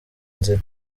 nzira